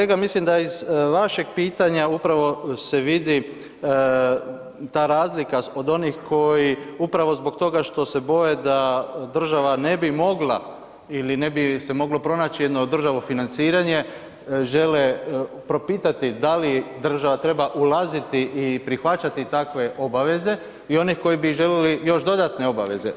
Hvala vam kolega, mislim da iz vašeg pitanja upravo se vidi ta razlika od onih koji upravo zbog toga što se boje da država ne bi mogla ili ne bi se moglo pronaći jedno državno financiranje, žele propitati da li država treba ulaziti i prihvaćati takve obaveze i onih koji bi željeli još dodatne obaveze.